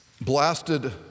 blasted